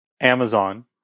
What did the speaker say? Amazon